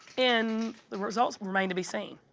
and the results remain to be seen.